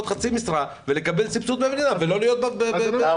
חצי משרה ולקבל סבסוד מהמדינה ולא להיות בחל"ת.